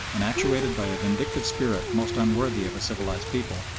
and, actuated by a vindictive spirit most unworthy of a civilised people,